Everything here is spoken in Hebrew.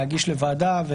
להגיש לוועדה?